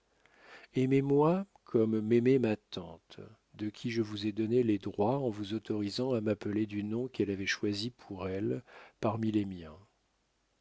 aimez-moi comme m'aimait ma tante de qui je vous ai donné les droits en vous autorisant à m'appeler du nom qu'elle avait choisi pour elle parmi les miens